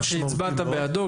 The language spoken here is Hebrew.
לא רק שהצבעת בעדו,